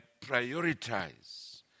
prioritize